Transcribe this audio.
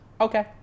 Okay